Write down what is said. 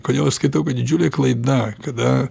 kodėl aš skaitau kad didžiulė klaida kada